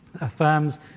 affirms